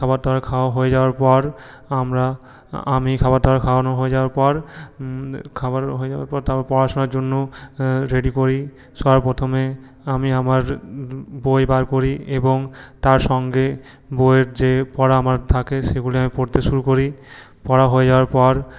খাবার দাবার খাওয়া হয়ে যাওয়ার পর আমরা আমি খাবার দাবার খাওয়ানো হয়ে যাওয়ার পর খাবার হয়ে যাওয়ার পর তারপর পড়াশোনার জন্য রেডি করি সবার প্রথমে আমি আমার বই বার করি এবং তার সঙ্গে বইয়ের যে পড়া আমার থাকে সেগুলো আমি পড়তে শুরু করি পড়া হয়ে যাওয়ার পর